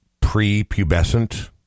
pre-pubescent